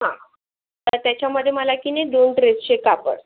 हं तर त्याच्यामधे मला की नाही दोन ड्रेसचे कापड